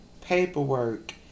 paperwork